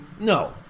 No